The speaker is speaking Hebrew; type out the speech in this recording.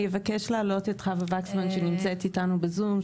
אני אבקש להעלות את חוה וקסמן שנמצאת איתנו בזום,